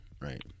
right